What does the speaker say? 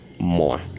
More